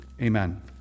amen